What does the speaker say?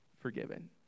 forgiven